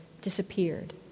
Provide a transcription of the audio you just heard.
Disappeared